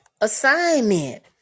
assignment